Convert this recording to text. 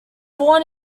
born